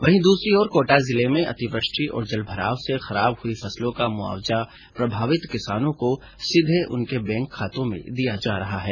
वहीं दूसरी ओर कोटा जिले में अतिवृष्टि और जल भराव से खराब हुई फसलों का मुआवजा प्रभावित किसानों को सीधे उनके बैंक खातों में दिया जा रहा है